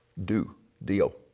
do d o,